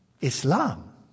Islam